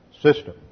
system